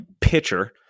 pitcher